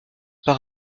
par